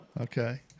Okay